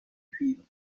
cuivre